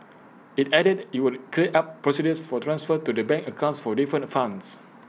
IT added IT would clear up procedures for transfers to the bank accounts for different funds